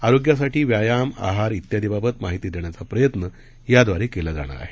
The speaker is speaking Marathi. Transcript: आरोग्यासाठी व्यायाम आहार इत्यादीबाबत माहिती देण्याचा प्रयत्न याद्वारे केला जाणार आहे